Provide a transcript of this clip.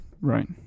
Right